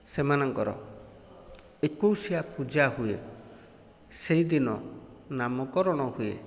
ସେମାନଙ୍କର ଏକୋଇଶିଆ ପୂଜା ହୁଏ ସେହିଦିନ ନାମ କରଣ ହୁଏ